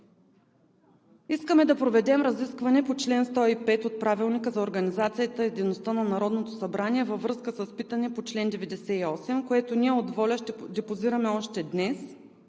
Искаме да проведем разискване по чл. 105 от Правилника за организацията и дейността на Народното събрание във връзка с питане по чл. 98, което ние от ВОЛЯ ще депозираме още днес